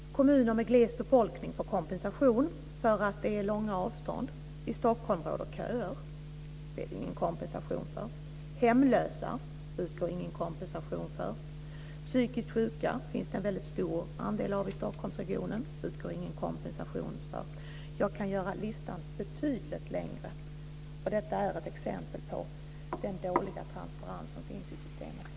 Kommuner med gles befolkning får kompensation för att det är långa avstånd. I Stockholm råder köer. Det är det ingen kompensation för. Hemlösa utgår ingen kompensation för. Psykiskt sjuka finns det en väldigt stor andel av i Stockholmsregionen. Det utgår det ingen kompensation för. Jag kan göra listan betydligt längre. Detta är ett exempel på den dåliga transparens som finns i systemet.